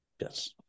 Yes